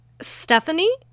Stephanie